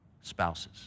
spouses